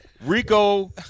Rico